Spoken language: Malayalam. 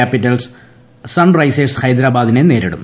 കൃാപിറ്റൽസ് സൺ റൈസേഴ്സ് ഹൈദ്രാബാദിനെ നേരിടും